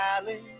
valley